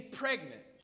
pregnant